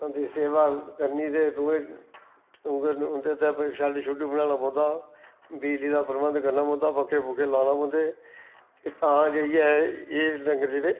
उं'दी सेवा करनी ते रोज ते उं'दे आस्तै शैड शुड बनाना पौंदा बिजली दा प्रबंध करना पौंदा पक्खे पुक्खे लाना पौंदे ते तां जाइयै एह् डंगर जेह्ड़े